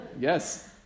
Yes